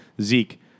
Zeke